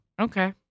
okay